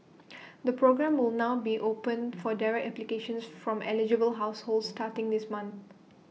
the programme will now be open for direct applications from eligible households starting this month